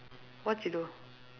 what she do